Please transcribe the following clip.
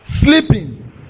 Sleeping